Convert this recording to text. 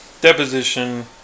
Deposition